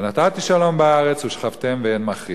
ונתתי שלום בארץ ושכבתם ואין מחריד".